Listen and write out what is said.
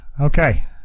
okay